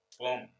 Boom